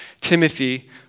Timothy